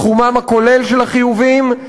סכומם הכולל של החיובים,